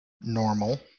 normal